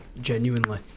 Genuinely